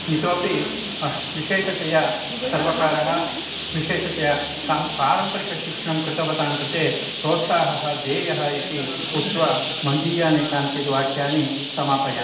इतोपि विशेषतया सर्वकारः विशेषतया सा पारम्परिकशिक्षणं कृतवतां कृते प्रोत्साहः देयः इति उक्त्वा मदीयानि काञ्चित् वाक्यानि समापयामि